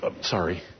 sorry